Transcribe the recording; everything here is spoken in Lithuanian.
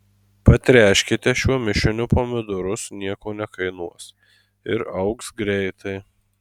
patręškite šiuo mišiniu pomidorus nieko nekainuos ir augs greitai